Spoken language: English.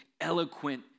eloquent